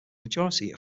majority